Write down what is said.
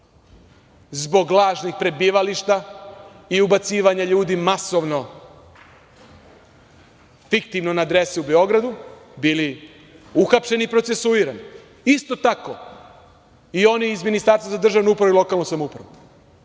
zbog lažnih prebivališta i ubacivanja ljudi masovno fiktivno na adrese u Beogradu bili uhapšeni i procesuirani. Isto tako, i oni iz Ministarstva za državnu upravu i lokalnu samoupravu